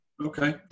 Okay